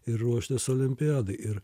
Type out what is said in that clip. ir ruoštis olimpiadai ir